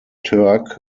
turk